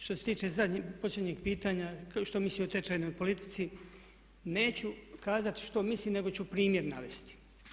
Što se tiče posljednjeg pitanja što mislim o tečajnoj politici, neću kazati što mislim nego ću primjer navesti.